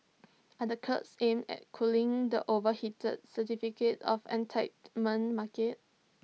are the curbs aimed at cooling the overheated certificate of entitlement market